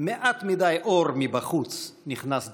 מעט מדי אור מבחוץ נכנס דרכם.